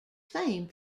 famed